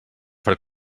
per